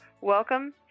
welcome